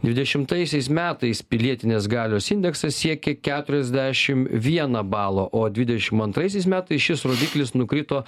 dvidešimtaisiais metais pilietinės galios indeksas siekė keturiasdešim vieną balą o dvidešim antraisiais metais šis rodiklis nukrito